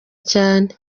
cyane